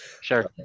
Sure